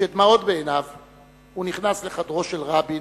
כשדמעות בעיניו הוא נכנס לחדרו של רבין,